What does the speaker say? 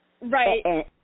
right